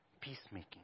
peacemaking